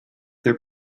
their